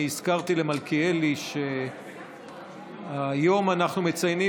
הזכרתי למלכיאלי שהיום אנחנו מציינים